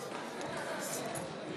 עיריית נצרת-עילית,